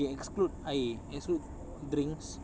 okay exclude air exclude drinks